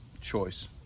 choice